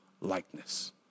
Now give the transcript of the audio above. likeness